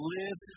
live